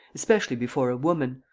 especially before a woman,